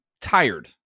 tired